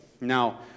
Now